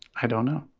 i don't know